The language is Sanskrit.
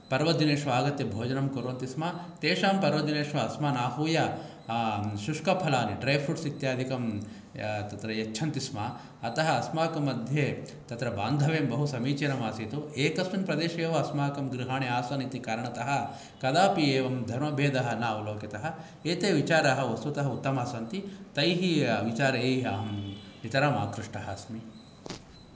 पर्वदिनेषु आगत्य भोजनं कुर्वन्ति स्म तेषां पर्वदिनेषु अस्मान् आहूय शुष्कफलानि ड्रायफ्रुट्स् इत्यादिकं तत्र यच्छन्ति स्म अतः अस्माकं मध्ये तत्र बान्धव्यं बहु समीचिनम् आसीत् एकस्मिन् प्रदेशे एव अस्माकं गृहाणि आसन् इति कारणतः कदापि एवं धर्मभेदः नावलोकितः एते विचाराः वस्तुतः उत्तमाः सन्ति तैः विचारैः अहं नितराम् आकृष्टः अस्मि